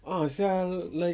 ah [sial] like